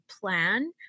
plan